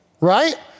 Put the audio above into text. right